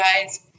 guys